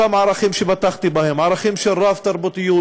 אותם ערכים שפתחתי בהם: ערכים של רב-תרבותיות,